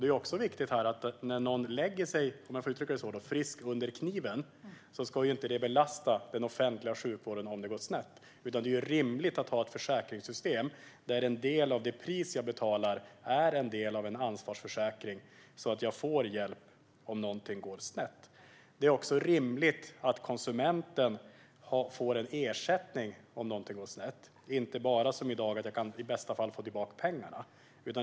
Det är också viktigt att när en person lägger sig frisk under kniven, om jag får uttrycka det så, ska det inte belasta den offentliga sjukvården om det går snett utan att det är rimligt att man har ett försäkringssystem där en del av det pris som denna person betalar är en del av en ansvarsförsäkring, så att han eller hon får hjälp om någonting går snett. Det är också rimligt att konsumenten får en ersättning om någonting går snett och inte bara som i dag - i bästa fall - får tillbaka pengarna.